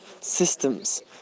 systems